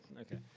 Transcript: okay